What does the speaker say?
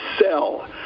sell